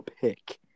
pick